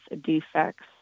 defects